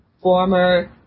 former